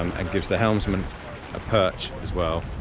um and gives the helmsman a perch as well